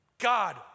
God